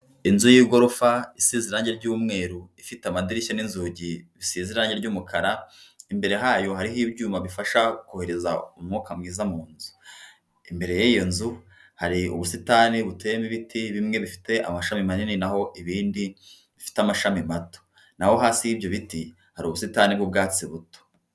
Inzu y'igorofa isize ,irange ry'umweru, ifite amadirishya n'inzugi bisize irange ry'umukara, imbere hayo hariho ibyuma bifasha kohereza umwuka mwiza mu nzu. Imbere y'iyo nzu hari ubusitani buteyemo ibiti bimwe bifite amashami manini, naho ibindi bifite amashami mato. Naho hasi y'ibyo biti, hari ubusitani bw'ubwatsi buto.